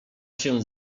się